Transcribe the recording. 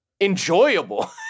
enjoyable